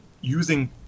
using